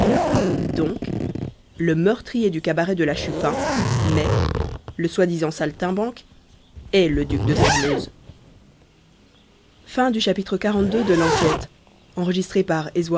donc le meurtrier du cabaret de la chupin mai le soi-disant saltimbanque est le duc de sairmeuse